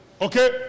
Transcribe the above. Okay